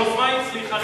היוזמה הצליחה,